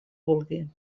vulgui